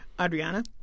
Adriana